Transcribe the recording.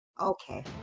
Okay